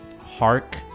Hark